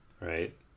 right